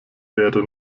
wäre